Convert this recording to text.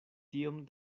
tiom